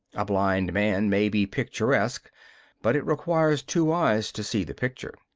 a blind man may be picturesque but it requires two eyes to see the picture.